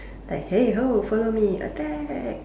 like hey [ho] follow me attack